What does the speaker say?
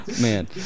Man